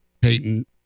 Payton